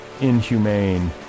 inhumane